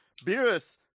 Beerus